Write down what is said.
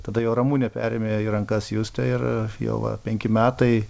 tada jau ramunė perėmė į rankas justę ir jau va penki metai